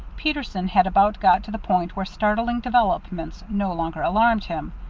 peterson had about got to the point where startling developments no longer alarmed him.